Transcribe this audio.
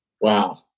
Wow